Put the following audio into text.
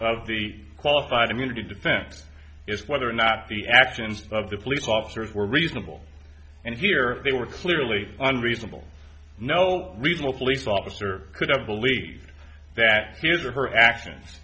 of the qualified immunity defense is whether or not the actions of the police officers were reasonable and here they were clearly unreasonable no reasonable police officer could have believed that his or her actions